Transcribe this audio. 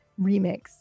remix